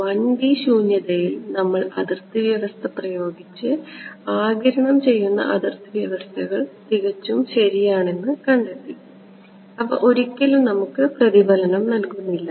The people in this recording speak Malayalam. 1D ശൂന്യതയിൽ നമ്മൾ അതിർത്തി വ്യവസ്ഥ പ്രയോഗിച്ച് ആഗിരണം ചെയ്യുന്ന അതിർത്തി വ്യവസ്ഥകൾ തികച്ചും ശരിയാണെന്ന് നമ്മൾ കണ്ടെത്തി അവ ഒരിക്കലും നമുക്ക് പ്രതിഫലനം നൽകുന്നില്ല